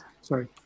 Sorry